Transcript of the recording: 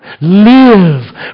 Live